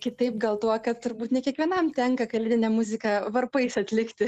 kitaip gal tuo kad turbūt ne kiekvienam tenka kalėdinę muziką varpais atlikti